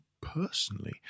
personally